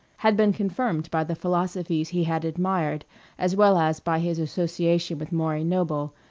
had been confirmed by the philosophies he had admired as well as by his association with maury noble,